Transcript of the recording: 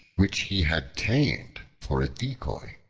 which he had tamed for a decoy.